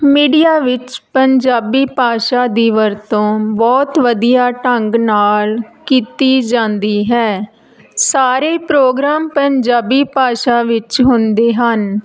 media ਵਿੱਚ ਪੰਜਾਬੀ ਭਾਸ਼ਾ ਦੀ ਵਰਤੋਂ ਬਹੁਤ ਵਧੀਆ ਢੰਗ ਨਾਲ ਕੀਤੀ ਜਾਂਦੀ ਹੈ ਸਾਰੇ ਪ੍ਰੋਗਰਾਮ ਪੰਜਾਬੀ ਭਾਸ਼ਾ ਵਿੱਚ ਹੁੰਦੇ ਹਨ